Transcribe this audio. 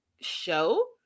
show